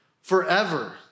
forever